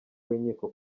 w’inkiko